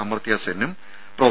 അമർത്യാസെന്നും പ്രോഫ